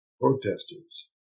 protesters